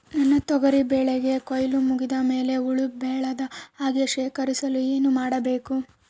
ನನ್ನ ತೊಗರಿ ಬೆಳೆಗೆ ಕೊಯ್ಲು ಮುಗಿದ ಮೇಲೆ ಹುಳು ಬೇಳದ ಹಾಗೆ ಶೇಖರಿಸಲು ಏನು ಮಾಡಬೇಕು?